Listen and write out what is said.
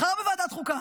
מחר בוועדת החוקה